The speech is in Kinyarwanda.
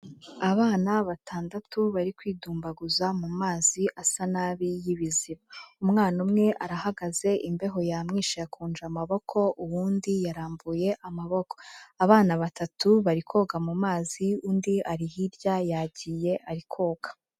Abana batandatu bari kwidumbaguza mu mazi asa nabi y'ibiziba, umwana umwe arahagaze imbeho yamwishe yakunje amaboko uw'undi yarambuye amaboko, abana batatu bari koga mu mazi, undi ari hirya yagiye ari koga.